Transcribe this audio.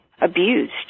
abused